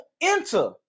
enter